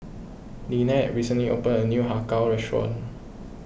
Lynnette recently opened a new Har Kow Restaurant